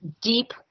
deep